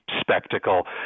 spectacle